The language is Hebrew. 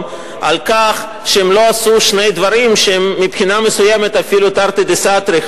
על כך שהם לא עשו שני דברים שהם מבחינה מסוימת אפילו תרתי דסתרי,